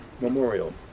Memorial